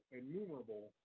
innumerable